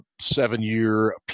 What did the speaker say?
seven-year